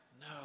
No